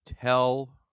tell